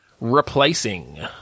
Replacing